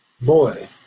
Boy